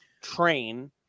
train